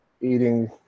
eating